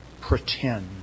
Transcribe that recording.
pretend